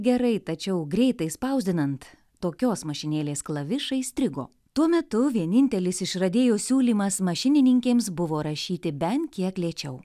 gerai tačiau greitai spausdinant tokios mašinėlės klavišai strigo tuo metu vienintelis išradėjo siūlymas mašininkėms buvo rašyti bent kiek lėčiau